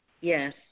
Yes